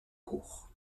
cours